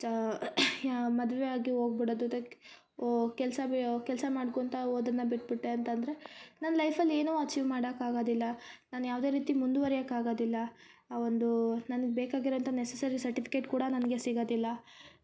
ಮದುವೆ ಆಗಿ ಓಗ್ಬಿಡೋದು ಅದಕ್ಕೆ ಕೆಲಸ ಕೆಲಸ ಮಾಡ್ಕೊಳ್ತಾ ಓದದ್ನ ಬಿಟ್ಬಿಟ್ಟೆ ಅಂದರೆ ನನ್ನ ಲೈಫಲ್ಲಿ ಏನು ಅಚೀವ್ ಮಾಡಕಾಗದಿಲ್ಲ ನಾನು ಯಾವುದೇ ರೀತಿ ಮುಂದುವರಿಯಕ್ಕೆ ಆಗದಿಲ್ಲ ಆ ಒಂದು ನನ್ಗ ಬೇಕಾಗಿರುವಂಥ ನೆಸ್ಸೆಸ್ಸರಿ ಸರ್ಟಿಫಿಕೇಟ್ ಕೂಡ ನನಗೆ ಸಿಗದಿಲ್ಲ